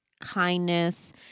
kindness